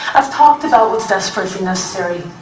i've talked about what's desperately necessary.